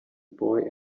boy